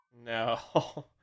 No